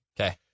Okay